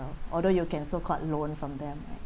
although you can so called loan from them